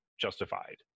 justified